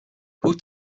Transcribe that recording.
who